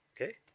Okay